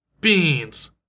beans